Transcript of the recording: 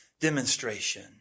demonstration